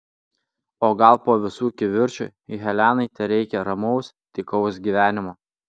o gal po visų kivirčų helenai tereikia ramaus tykaus gyvenimo